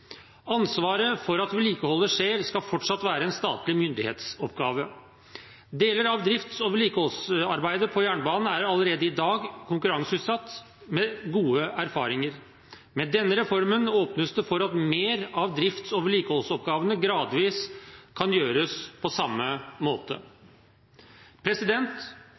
Ansvaret for at vedlikeholdet skjer, skal fortsatt være en statlig myndighetsoppgave. Deler av drifts- og vedlikeholdsarbeidet på jernbanen er allerede i dag konkurranseutsatt, med gode erfaringer. Med denne reformen åpnes det for at mer av drifts- og vedlikeholdsoppgavene gradvis kan gjøres på samme måte.